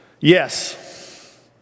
Yes